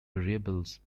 variables